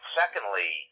secondly